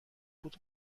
فود